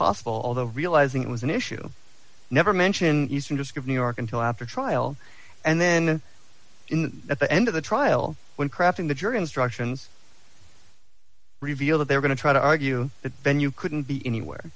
possible although realizing it was an issue never mention of new york until after trial and then at the end of the trial when crafting the jury instructions reveal that they are going to try to argue that venue couldn't be anywhere